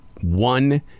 one